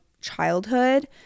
childhood